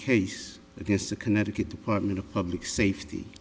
case against the connecticut department of public safety